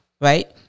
right